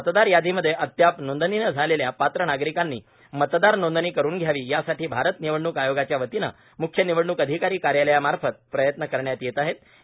मतदार यादीमध्य अद्याप नोंदणी न झालप्न्या पात्र नागरिकांनी मतदार नोंदणी करून घ्यावीए यासाठी भारत निवडणूक आयोगाच्यावतीनं म्ख्य निवडणूक अधिकारी कार्यालयामार्फत प्रयत्न करण्यात यप्न आहप्न